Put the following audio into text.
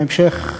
בהמשך,